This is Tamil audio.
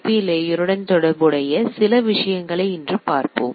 பி TCPIP லேயருடன் தொடர்புடைய சில விஷயங்களை இன்று பார்ப்போம்